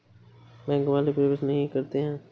Bank वाले प्रवेश नहीं करते हैं?